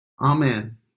Amen